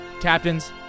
Captains